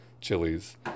chilies